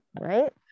right